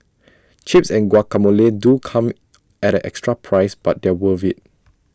chips and guacamole do come at an extra price but they're worth IT